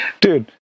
Dude